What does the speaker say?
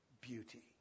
beauty